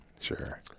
Sure